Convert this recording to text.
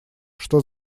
что